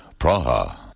Praha